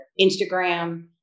Instagram